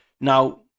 Now